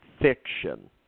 fiction